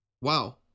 Wow